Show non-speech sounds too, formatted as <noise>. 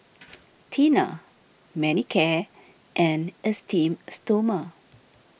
<noise> Tena Manicare and Esteem Stoma